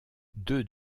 deux